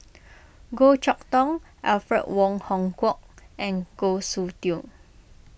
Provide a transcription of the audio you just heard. Goh Chok Tong Alfred Wong Hong Kwok and Goh Soon Tioe